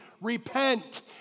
repent